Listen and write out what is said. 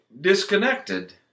disconnected